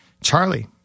Charlie